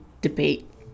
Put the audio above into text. debate